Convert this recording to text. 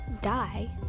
die